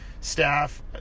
staff